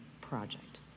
project